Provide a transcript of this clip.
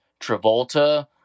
travolta